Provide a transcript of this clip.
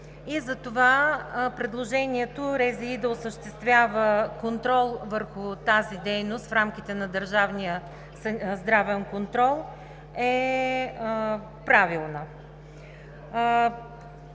и затова предложението РЗИ да осъществява контрол върху тази дейност в рамките на държавния здравен контрол е правилно.